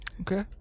Okay